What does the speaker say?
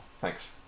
Thanks